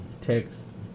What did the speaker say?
text